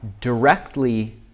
directly